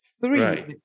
Three